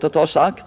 på det avsnittet.